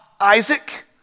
Isaac